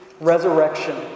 resurrection